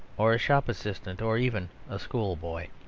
or a shop assistant, or even a schoolboy.